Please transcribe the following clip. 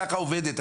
ככה עובדת.